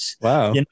Wow